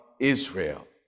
Israel